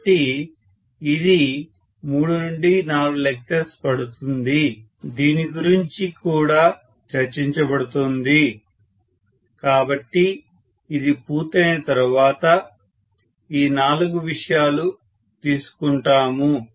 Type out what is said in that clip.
కాబట్టి ఇది 3 నుండి 4 లెక్చర్స్ పడుతుంది దీని గురించి కూడా చర్చించబడుతుంది కాబట్టి ఇది పూర్తయిన తర్వాత ఈ నాలుగు విషయాలు తీసుకుంటాము